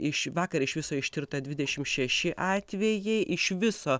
iš vakar iš viso ištirta dvidešim šeši atvejai iš viso